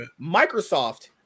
Microsoft